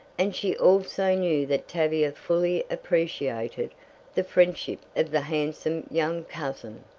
and she also knew that tavia fully appreciated the friendship of the handsome young cousin.